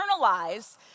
internalize